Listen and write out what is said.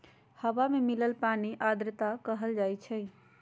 हवा में मिलल पानी के आर्द्रता कहल जाई छई